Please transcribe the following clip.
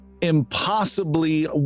impossibly